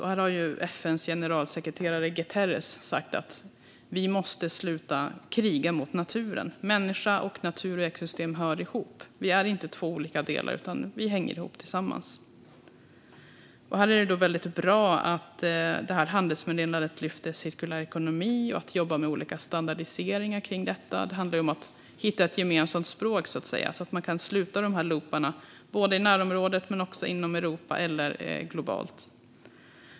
Här har FN:s generalsekreterare Guterres sagt att vi måste sluta kriga mot naturen. Människa och natur hör ihop. Vi är inte två olika delar, utan vi hänger ihop. Här är det bra att handelsmeddelandet lyfter upp frågan om cirkulär ekonomi och att jobba med olika standardiseringar. Det handlar om att hitta ett gemensamt språk så att man kan sluta dessa loopar i närområdet, i Europa eller globalt.